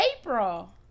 April